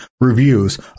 reviews